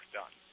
done